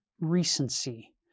recency